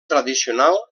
tradicional